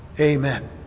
Amen